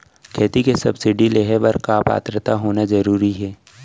खेती के सब्सिडी लेहे बर का पात्रता होना जरूरी हे?